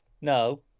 No